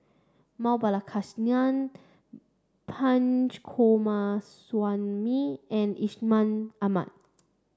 Map Balakrishnan Punch Coomaraswamy and Ishama Ahmad